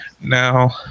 Now